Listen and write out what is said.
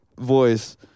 voice